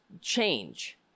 change